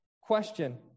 question